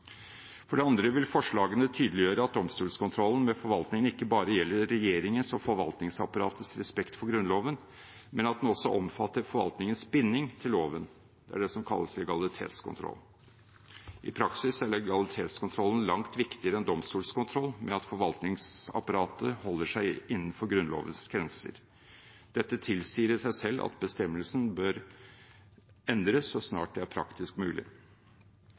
For det andre vil forslagene tydeliggjøre at domstolskontrollen med forvaltningen ikke bare gjelder regjeringens og forvaltningsapparatets respekt for Grunnloven, men at den også omfatter forvaltningens binding til loven, det er det som kalles legalitetskontroll. I praksis er legalitetskontrollen langt viktigere enn domstolskontroll med at forvaltningsapparatet holder seg innenfor Grunnlovens grenser. Dette tilsier i seg selv at bestemmelsen bør endres så snart det er praktisk mulig.